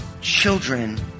children